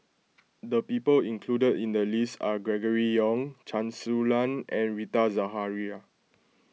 the people included in the list are Gregory Yong Chen Su Lan and Rita Zahara